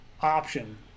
option